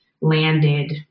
landed